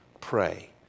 pray